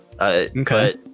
Okay